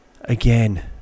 again